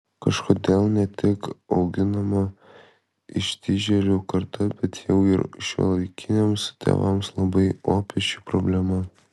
kažkodėl ne tik auginama ištižėlių karta bet jau ir šiuolaikiniams tėvams labai opi ši problema